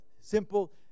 simple